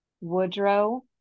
Woodrow